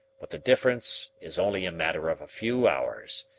but the difference is only a matter of a few hours,